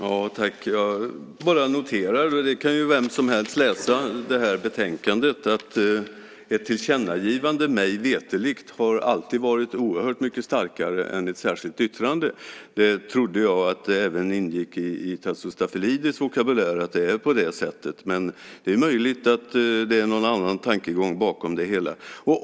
Fru talman! Jag bara noterar, och det kan vem som helst göra som läser betänkandet, att ett tillkännagivande mig veterligt alltid har varit oerhört mycket starkare än ett särskilt yttrande. Det trodde jag att det var även i Tasso Stafilidis vokabulär. Men det är möjligt att det är någon annan tankegång bakom det hela.